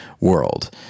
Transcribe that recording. world